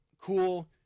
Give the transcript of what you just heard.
cool